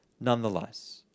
nonetheless